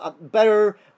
better